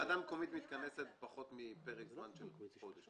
ועדה מקומית מתכנסת בפרק זמן של פחות מפעם בחודש.